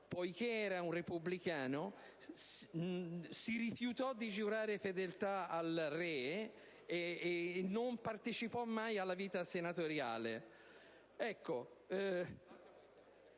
poiché era un repubblicano, si rifiutò di giurare fedeltà al re e non partecipò mai alla vita senatoriale.